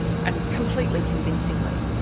and completely convincingly.